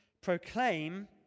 proclaim